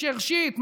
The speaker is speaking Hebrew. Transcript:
שורשית,